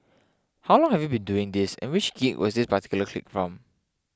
how long have you been doing this and which gig was this particular clip from